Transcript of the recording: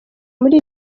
muri